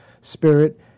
Spirit